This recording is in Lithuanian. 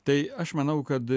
tai aš manau kad